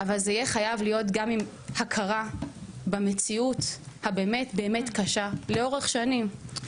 אבל זה יהיה חייב להיות גם עם הכרה במציאות הבאמת באמת קשה לאורך שנים.